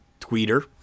tweeter